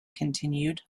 continued